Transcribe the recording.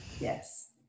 yes